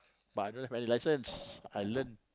but I don't have any license I learn